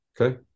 okay